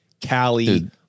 cali